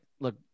look